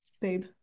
babe